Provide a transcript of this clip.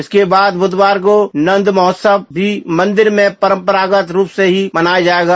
इसके बाद बुधवार को नंद महोत्सव भी मंदिर में परंपरागत रूप से ही मनाया जायेगा